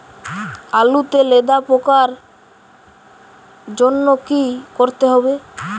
আলুতে লেদা পোকার জন্য কি করতে হবে?